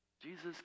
Jesus